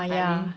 timing